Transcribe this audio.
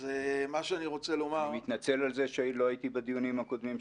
אני מתנצל על זה שלא הייתי בדיונים הקודמים שלך.